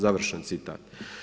Završen citat.